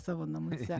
savo namuose